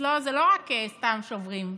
אצלו זה לא רק סתם שוברים,